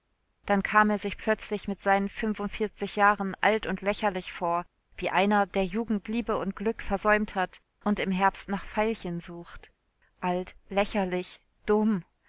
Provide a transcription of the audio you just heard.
dann kam er sich plötzlich mit seinen fünfundvierzig jahren alt und lächerlich vor wie einer der jugend liebe und glück versäumt hat und im herbst nach veilchen sucht alt lächerlich dumm